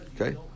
Okay